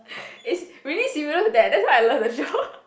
is really similar to that that's why I love the show